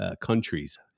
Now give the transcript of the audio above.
countries